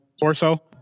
torso